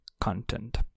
content